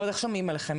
כלומר, איך שומעים עליכם?